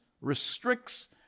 restricts